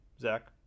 Zach